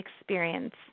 experience